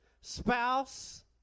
spouse